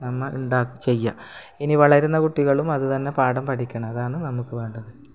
നമ്മൾ ഉണ്ടാക്കു ചെയ്യാം ഇനി വളരുന്ന കുട്ടികളും അതുതന്നെ പാഠം പഠിക്കണം അതാണ് നമുക്ക് വേണ്ടത്